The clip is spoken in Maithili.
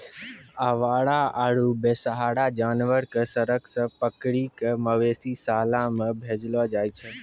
आवारा आरो बेसहारा जानवर कॅ सड़क सॅ पकड़ी कॅ मवेशी शाला मॅ भेजलो जाय छै